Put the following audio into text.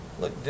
look